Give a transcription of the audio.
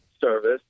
service